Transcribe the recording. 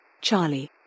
Charlie